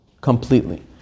completely